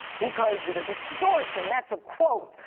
because extortion, that's a quote,